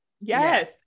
Yes